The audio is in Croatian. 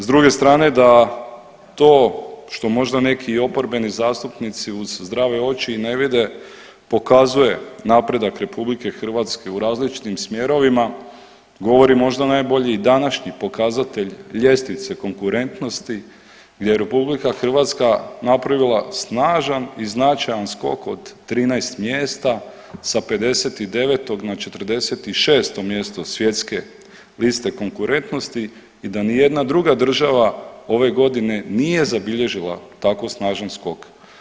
S druge strane da to što možda neki i oporbeni zastupnici uz zdrave oči i ne vide pokazuje napredak RH u različitim smjerovima, govori možda najbolje i današnji pokazatelj ljestvice konkurentnosti gdje RH napravila snažan i značajan skok od 13 mjesta sa 59 na 46 mjesto svjetske liste konkurentnosti i da ni jedna druga država ove godine nije zabilježila tako snažan skok.